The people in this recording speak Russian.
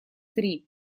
три